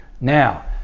Now